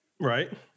Right